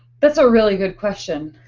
that's a really good question!